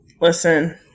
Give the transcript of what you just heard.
Listen